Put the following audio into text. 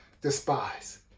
despise